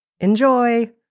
Enjoy